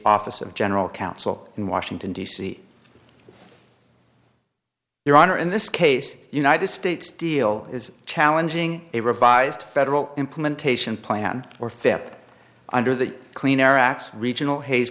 office of general counsel in washington d c your honor in this case united states deal is challenging a revised federal implementation plan or fip under the clean air act regional haze